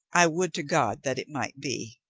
i would to god that it might be!